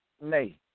nay